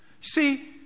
See